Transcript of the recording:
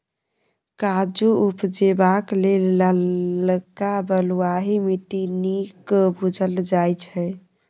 काजु उपजेबाक लेल ललका बलुआही माटि नीक बुझल जाइ छै